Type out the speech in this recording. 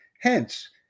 Hence